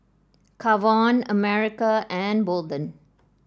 Kavon America and Bolden